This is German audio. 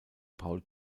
paul